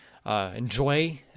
Enjoy